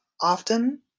Often